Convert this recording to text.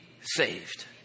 saved